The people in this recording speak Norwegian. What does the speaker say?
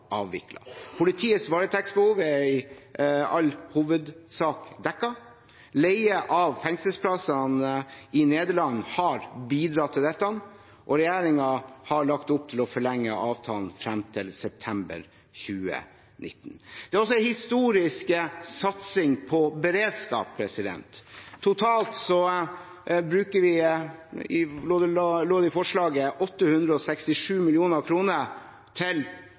Politiets varetektsbehov er i all hovedsak dekket. Leie av fengselsplassene i Nederland har bidratt til dette, og regjeringen har lagt opp til å forlenge avtalen frem til september 2019. Vi har også en historisk satsing på beredskap. Totalt lå det i